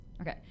Okay